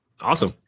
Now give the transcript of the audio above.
Awesome